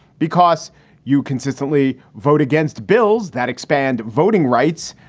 because you consistently vote against bills that expand voting rights,